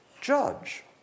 judge